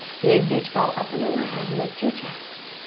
big beach ball up and overhead. lift your chest.